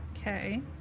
Okay